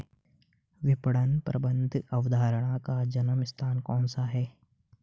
विपणन प्रबंध अवधारणा का जन्म स्थान कौन सा है?